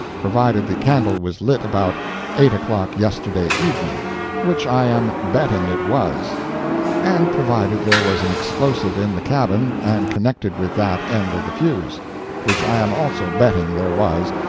provided the candle was lit about eight o'clock yesterday evening which i am betting it was and provided there was an explosive in the cabin and connected with that end of the fuse which i am also betting there was,